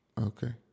Okay